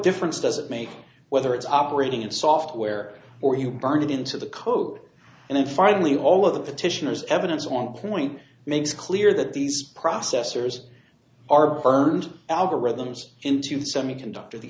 difference does it make whether it's operating in software or you burn it into the code and then finally all of the petitioners evidence on point makes clear that these processors are burned algorithms into semiconductor the